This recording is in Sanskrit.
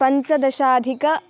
पञ्चदशाधिक